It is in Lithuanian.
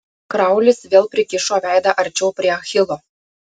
kraulis vėl prikišo veidą arčiau prie achilo